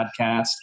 podcast